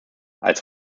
als